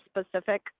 specific